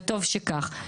וטוב שכך.